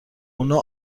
اونا